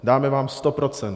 Dáme vám 100 %.